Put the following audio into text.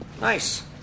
Nice